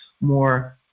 more